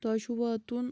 تۄہہِ چھُ واتُن